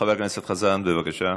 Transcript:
חבר הכנסת חזן, בבקשה.